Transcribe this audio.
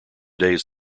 days